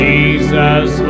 Jesus